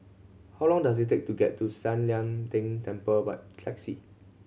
how long does it take to get to San Lian Deng Temple by taxi